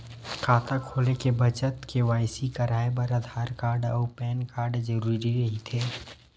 खाता खोले के बखत के.वाइ.सी कराये बर आधार कार्ड अउ पैन कार्ड जरुरी रहिथे